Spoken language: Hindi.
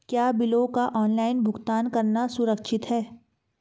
क्या बिलों का ऑनलाइन भुगतान करना सुरक्षित है?